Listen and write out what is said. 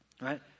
right